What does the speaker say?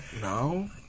no